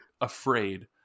afraid